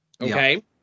okay